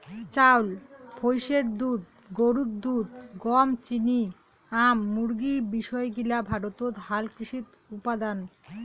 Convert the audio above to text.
চাউল, ভৈষের দুধ, গরুর দুধ, গম, চিনি, আম, মুরগী বিষয় গিলা ভারতত হালকৃষিত উপাদান